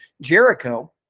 Jericho